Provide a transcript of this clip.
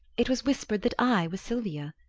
it was whispered that i was silvia.